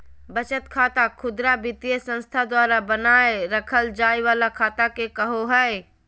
बचत खाता खुदरा वित्तीय संस्था द्वारा बनाल रखय जाय वला खाता के कहो हइ